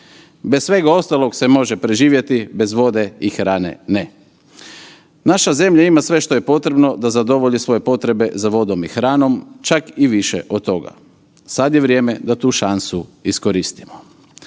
Bez svega ostalog se može preživjeti, bez vode i hrane ne. Naša zemlja ima sve što je potrebno da zadovolji svoje potrebe za vodom i hranom čak i više od toga. Sada je vrijeme da tu šansu iskoristimo.